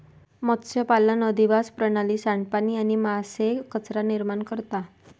मत्स्यपालन अधिवास प्रणाली, सांडपाणी आणि मासे कचरा निर्माण करता